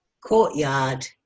courtyard